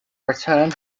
return